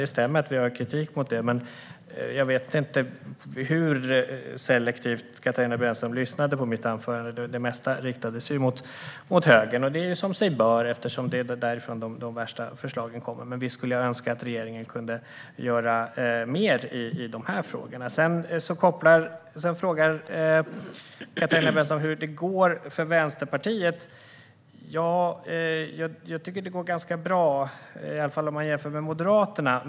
Det stämmer att vi har kritik på det området, men jag vet inte hur selektivt Katarina Brännström lyssnade på mitt anförande. Det mesta riktades ju mot högern, vilket är som sig bör, eftersom det är därifrån de värsta förslagen kommer. Men visst skulle jag önska att regeringen kunde göra mer i dessa frågor. Sedan frågar Katarina Brännström hur det går för Vänsterpartiet. Jag tycker att det går ganska bra, i alla fall om man jämför med Moderaterna.